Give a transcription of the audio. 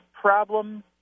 problem